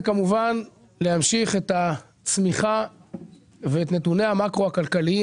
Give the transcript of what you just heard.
להמשיך את הצמיחה ואת נתוני המקרו הכלכליים